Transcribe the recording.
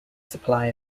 supply